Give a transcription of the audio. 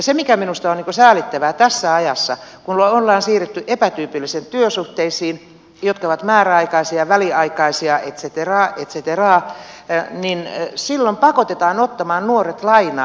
se mikä minusta on säälittävää tässä ajassa on se että kun on siirrytty epätyypillisiin työsuhteisiin jotka ovat määräaikaisia väliaikaisia et cetera et cetera nuoret pakotetaan silloin ottamaan lainaa